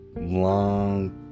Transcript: long